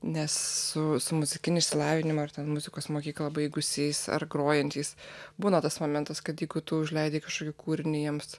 nes su su muzikiniu išsilavinimu ar ten muzikos mokyklą baigusiais ar grojančiais būna tas momentas kad jeigu tu užleidi kažkokį kūrinį jiems